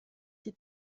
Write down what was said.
sie